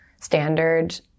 standard